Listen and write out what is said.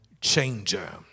changer